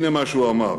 הנה מה שהוא אמר: